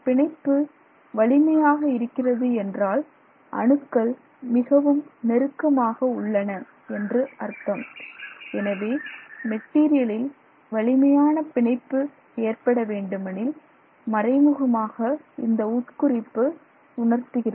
பிணைப்பு வலிமையாக இருக்கிறது என்றால் அணுக்கள் மிகவும் நெருக்கமாக உள்ளன என்று அர்த்தம் எனவே மெட்டீரியலில் வலிமையான பிணைப்பு ஏற்பட வேண்டுமெனில் மறைமுகமாக இந்த உட் குறிப்பு உணர்த்துகிறது